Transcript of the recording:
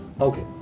okay